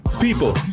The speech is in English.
People